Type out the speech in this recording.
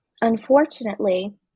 unfortunately